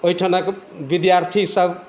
ओहिठामके विद्यार्थीसब